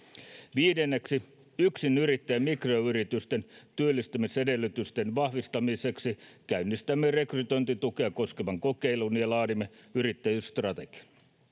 viidenneksi yksinyrittäjien ja mikroyritysten työllistämisedellytysten vahvistamiseksi käynnistämme rekrytointitukea koskevan kokeilun ja laadimme yrittäjyysstrategian